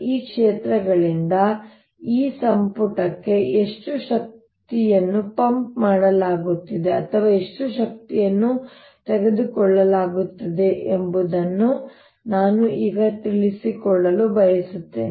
ಈ ಕ್ಷೇತ್ರಗಳಿಂದ ಈ ಸಂಪುಟಕ್ಕೆ ಎಷ್ಟು ಶಕ್ತಿಯನ್ನು ಪಂಪ್ ಮಾಡಲಾಗುತ್ತಿದೆ ಅಥವಾ ಎಷ್ಟು ಶಕ್ತಿಯನ್ನು ತೆಗೆದುಕೊಳ್ಳಲಾಗುತ್ತಿದೆ ಎಂಬುದನ್ನು ನಾನು ಈಗ ತಿಳಿದುಕೊಳ್ಳಲು ಬಯಸುತ್ತೇನೆ